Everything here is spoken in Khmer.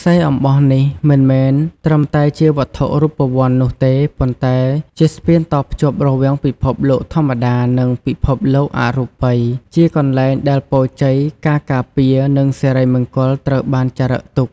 ខ្សែអំបោះនេះមិនមែនត្រឹមតែជាវត្ថុរូបវន្តនោះទេ ប៉ុន្តែជា ស្ពានតភ្ជាប់រវាងពិភពលោកធម្មតា និងពិភពលោកអរូបី ជាកន្លែងដែលពរជ័យ ការការពារ និងសិរីមង្គលត្រូវបានចារឹកទុក។